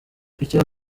icyo